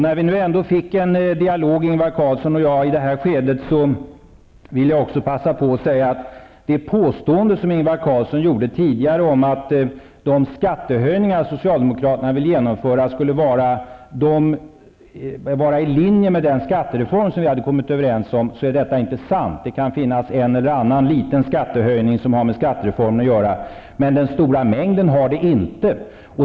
När Ingvar Carlsson och jag nu ändå fick en dialog i detta skede, vill jag också passa på att säga att det påstående som han tidigare gjorde, om att de skattehöjningar som socialdemokraterna vill genomföra skulle vara i linje med den skattereform som vi hade kommit överens om, inte är sant. Det kan finnas en eller annan liten skattehöjning som har med skattereformen att göra, men den stora mängden har det inte.